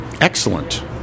Excellent